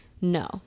no